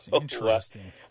interesting